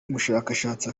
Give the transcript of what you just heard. umushakashatsi